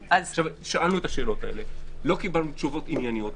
שאלנו את השאלות האלה, לא קיבלנו תשובות ענייניות.